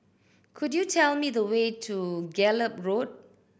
could you tell me the way to Gallop Road